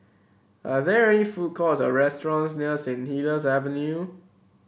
are there food courts or restaurants near Saint Helier's Avenue